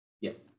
Yes